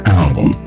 album